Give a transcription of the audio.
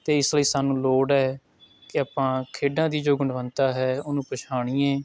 ਅਤੇ ਇਸ ਲਈ ਸਾਨੂੰ ਲੋੜ ਹੈ ਕਿ ਆਪਾਂ ਖੇਡਾਂ ਦੀ ਜੋ ਗੁਣਵੱਤਾ ਹੈ ਉਹਨੂੰ ਪਛਾਣੀਏ